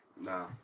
nah